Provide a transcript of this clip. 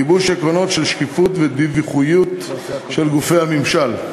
גיבוש עקרונות של שקיפות ודיווחיות של גופי הממשל,